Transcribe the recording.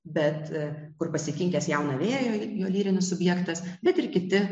bet kur pasikinkęs jauną vėją jo lyrinis subjektas bet ir kiti